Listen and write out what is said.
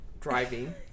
Driving